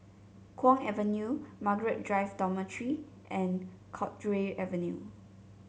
Kwong Avenue Margaret Drive Dormitory and Cowdray Avenue